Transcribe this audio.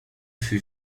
fut